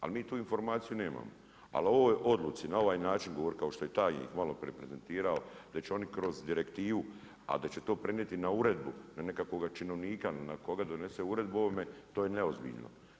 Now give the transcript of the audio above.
Ali mi tu informaciju nemamo, ali o ovoj odluci na ovaj način, govoriti kao što je tajnik maloprije prezentirao, da će oni kroz direktivu a da će to prenijeti na uredbu, preko nekakvog činovnika na koga donese uredbu o ovome, to je neozbiljno.